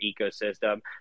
ecosystem